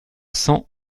cents